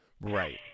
right